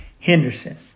Henderson